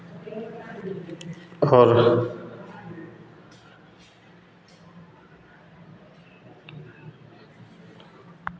और